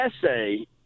essay